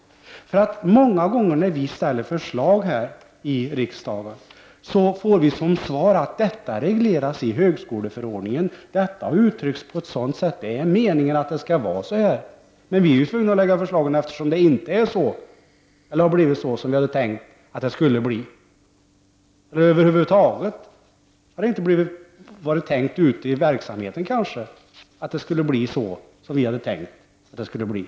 Många gånger när vi ställer förslag här i riksdagen, får vi till svar: Detta regleras i högskoleförordningen, eller: Det är meningen att det skall vara just så. Men vi är ju ändå tvungna att ställa förslagen, eftersom det inte förhåller sig så i verkligheten, eftersom det inte i verkligheten har blivit så som vi hade tänkt att det skulle bli. Ibland har avsikten ute i verksamheten över huvud taget inte varit att det skulle bli så som vi hade tänkt att det skulle bli.